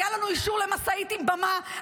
היה לנו אישור למשאית עם במה,